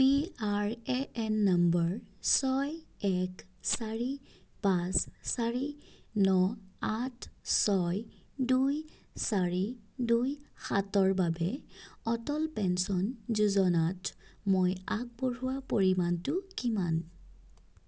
PRAN number ছয় এক চাৰি পাঁচ চাৰি ন আঠ ছয় দুই চাৰি দুই সাতৰ বাবে অটল পেঞ্চন যোজনাত মই আগবঢ়োৱা পৰিমাণটো কিমান